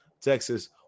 Texas